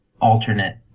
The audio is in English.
alternate